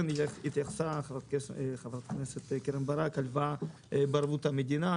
חברת הכנסת קרן ברק התייחסה להלוואה בערבות המדינה.